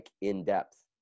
in-depth